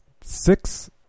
six